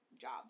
job